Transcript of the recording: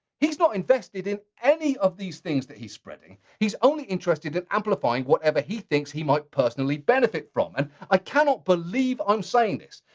he's not invested in any of these things that he's spreading. he's only interested in amplifying whatever he thinks he might personally benefit from. and i cannot believe i'm saying this,